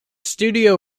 studio